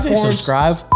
subscribe